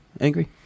Angry